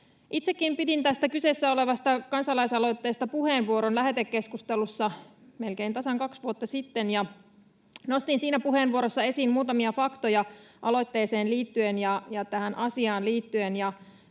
Itsekin pidin tästä kyseessä olevasta kansalaisaloitteesta puheenvuoron lähetekeskustelussa melkein tasan kaksi vuotta sitten, ja nostin siinä puheenvuorossa esiin muutamia faktoja aloitteeseen liittyen ja tähän asiaan liittyen.